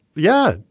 yeah,